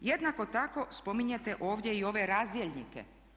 Jednako tako spominjete ovdje i ove razdjelnike.